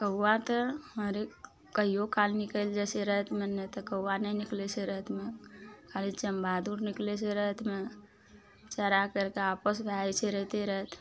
कौआ तऽ हरेक कहियो काल निकलि जाइ छै रातियेमे नहि तऽ कौआ नहि निकलय छै रातिमे खाली चमबहादुर निकलय छै रातिमे चरा करि कए वापस भए जाइ छै राइते राइत